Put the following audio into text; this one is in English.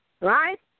Right